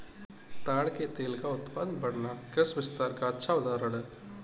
ताड़ के तेल का उत्पादन बढ़ना कृषि विस्तार का अच्छा उदाहरण है